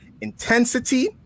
intensity